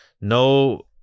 no